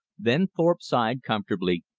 then thorpe sighed comfortably,